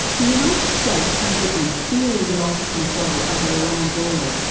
the united states and britain, fearing the loss of control over iran's oil,